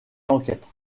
enquête